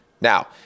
Now